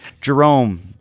Jerome